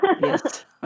yes